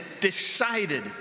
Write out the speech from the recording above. decided